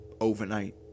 overnight